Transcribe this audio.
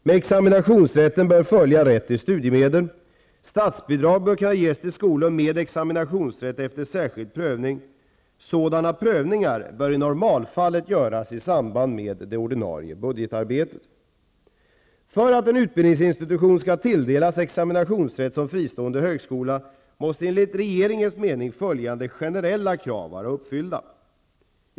Med examinationsrätten bör följa rätt till studiemedel. Statsbidrag bör kunna ges till skolor med examinationsrätt efter särskild prövning. Sådana prövningar bör i normalfallet göras i samband med det ordinarie budgetarbetet. För att en utbildningsinstitution skall tilldelas examinationsrätt som fristående högskola måste enligt regeringens mening följande generella krav vara uppfyllda.